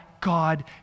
God